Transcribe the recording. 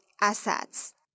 assets